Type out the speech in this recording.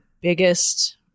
biggest